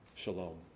shalom